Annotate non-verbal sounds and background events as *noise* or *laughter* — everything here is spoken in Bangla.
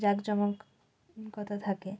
জাঁকজমক *unintelligible* থাকে